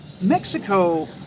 Mexico